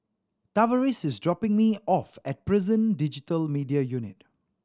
Tavaris is dropping me off at Prison Digital Media Unit